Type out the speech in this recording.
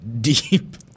deep